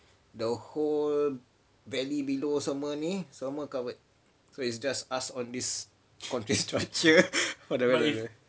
the whole valley below semua ni semua covered so it's just us on this on this structure